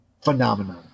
phenomenon